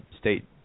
state